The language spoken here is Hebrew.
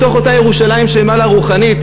מתוך אותה ירושלים של מעלה רוחנית,